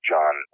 John